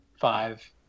five